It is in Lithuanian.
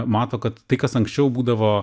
mato kad tai kas anksčiau būdavo